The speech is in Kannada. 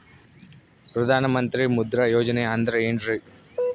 ಪ್ರಧಾನ ಮಂತ್ರಿ ಮುದ್ರಾ ಯೋಜನೆ ಅಂದ್ರೆ ಏನ್ರಿ?